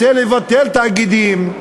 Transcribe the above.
רוצה לבטל תאגידים,